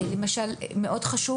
למשל: מאוד חשוב